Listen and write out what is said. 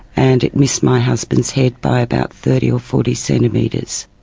and it missed my husband's head by about thirty or forty centimetres.